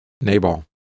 Nabal